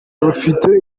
bafite